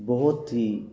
ਬਹੁਤ ਹੀ